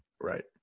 Right